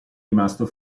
rimasto